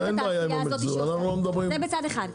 זה בצד אחד.